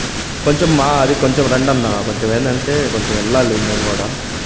కొంచెం మా అది కొంచెం రండి అన్నా కొంచెం ఏంటి అంటే కొంచెం వెళ్ళాలి మేము కూడా